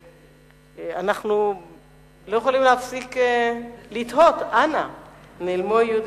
2010): משרד התשתיות קבע אתמול כי 20%